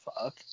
fuck